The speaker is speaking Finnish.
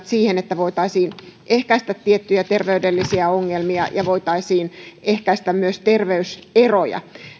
siihen että voitaisiin ehkäistä tiettyjä terveydellisiä ongelmia ja voitaisiin ehkäistä myös terveyseroja